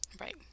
Right